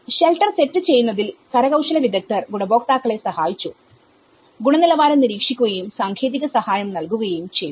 shelter set ചെയ്യുന്നതിൽ കരകൌശല വിദഗ്ധർ ഗുണഭോക്താക്കളെ സഹായിച്ചു ഗുണനിലവാരം നിരീക്ഷിക്കുകയുംസാങ്കേതിക സഹായം നൽകുകയും ചെയ്തു